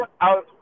out